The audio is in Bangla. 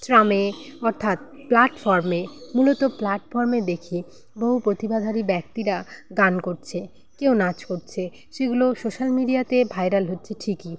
ট্রামে অর্থাৎ প্লাটফর্মে মূলত প্লাটফর্মে দেখি বহু প্রতিভাধারী ব্যক্তিরা গান করছে কেউ নাচ করছে সেগুলোও সোশ্যাল মিডিয়াতে ভাইরাল হচ্ছে ঠিকই